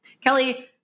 Kelly